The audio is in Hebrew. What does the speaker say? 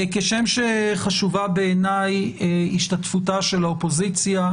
כשם שחשוב בעיניי השתתפותה של האופוזיציה,